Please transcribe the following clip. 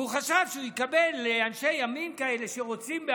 והוא חשב שהוא יקבל אנשי ימין כאלה שרוצים,